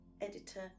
editor